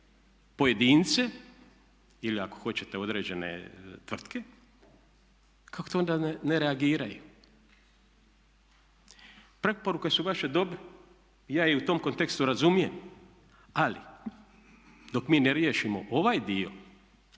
pojedince ili ako hoćete određene tvrtke, kako to onda ne reagiraju? Preporuke su vaše dobre i ja ih u tom kontekstu razumijem. Ali dok mi ne riješimo ovaj dio